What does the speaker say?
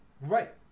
Right